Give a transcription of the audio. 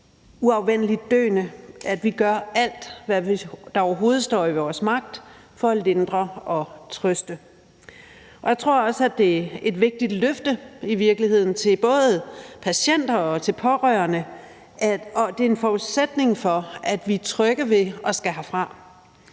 uafvendeligt døende gør alt, hvad der overhovedet står i vores magt for at lindre og trøste; og jeg tror også, at det i virkeligheden er et vigtigt løfte til både patienter og til pårørende, og at det er en forudsætning for, at vi er trygge ved at skulle herfra.